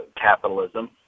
capitalism